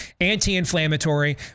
anti-inflammatory